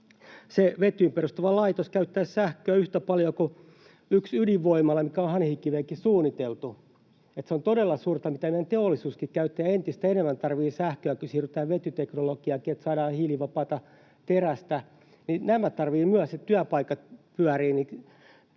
vetyyn perustuva laitos käyttäisi sähköä yhtä paljon kuin yksi ydinvoimala, mikä on Hanhikiveenkin suunniteltu. Eli se on todella suurta, mitä meidän teollisuuskin käyttää, ja se entistä enemmän tarvitsee sähköä, kun siirrytään vetyteknologiaankin, niin että saadaan hiilivapaata terästä. Tämä tarvitsee, niin että työpaikat pyörivät,